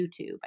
YouTube